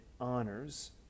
honors